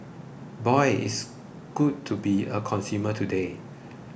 boy it's good to be a consumer today